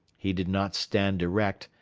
he did not stand erect,